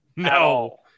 No